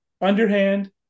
underhand